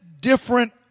different